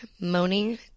moaning